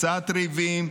קצת ריבים,